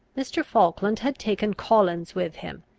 mr. falkland had taken collins with him,